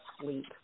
sleep